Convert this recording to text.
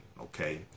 okay